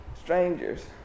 strangers